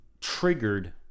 triggered